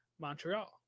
Montreal